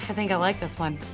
think i like this one.